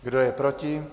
Kdo je proti?